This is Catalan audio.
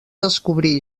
descobrir